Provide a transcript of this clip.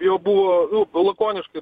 jo buvo lakoniškai